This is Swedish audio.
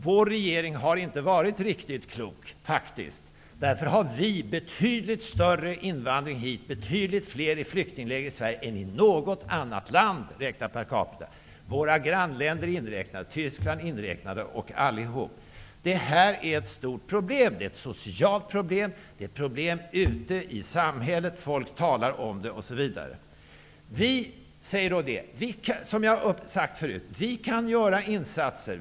Vår regering har faktiskt inte varit riktigt klok. Därför har vi betydligt större invandring hit och betydligt fler människor i flyktingläger i Sverige än i något annat land, räknat per capita. Då är våra grannländer och Tyskland inräknade. Detta är ett stort problem. Det är ett socialt problem. Det är problem ute i samhället. Folk talar om det osv. Som jag har sagt förut: Vi kan göra insatser.